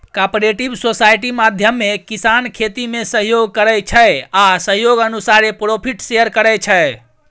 cooperative society माध्यमे किसान खेतीमे सहयोग करै छै आ सहयोग अनुसारे प्रोफिट शेयर करै छै